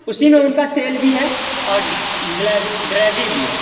اسی میں ان کا تیل بھی ہے اور ڈرائیوری بھی ہے